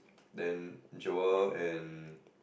then Joel and